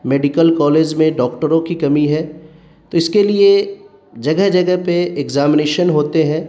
medical college میں ڈاکٹروں کی کمی ہے تو اس کے لیے جگہ جگہ پہ ایگزامینیشن ہوتے ہیں